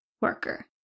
worker